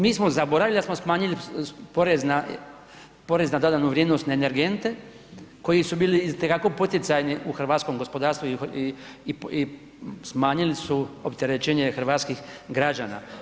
Mi smo zaboravili da smo smanjili porez na dodanu vrijednost na energente koji su bili i te kako poticajni u hrvatskom gospodarstvu i smanjili su opterećenje hrvatskih građana.